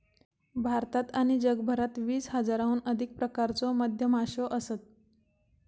भारतात आणि जगभरात वीस हजाराहून अधिक प्रकारच्यो मधमाश्यो असत